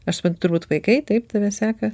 aš turbūt vaikai taip tave seka